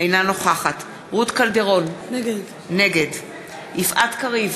אינה נוכחת רות קלדרון, נגד יפעת קריב,